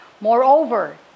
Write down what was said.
Moreover